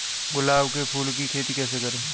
गुलाब के फूल की खेती कैसे करें?